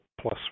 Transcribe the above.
plus